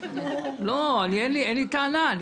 אין לי טענה.